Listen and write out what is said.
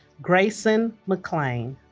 grayson mclean